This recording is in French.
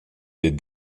des